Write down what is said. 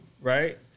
right